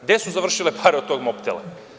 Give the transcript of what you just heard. Gde su završile pare od tog „Mobtela“